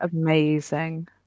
Amazing